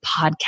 podcast